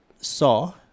saw